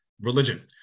religion